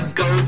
go